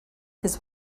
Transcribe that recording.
his